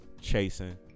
chasing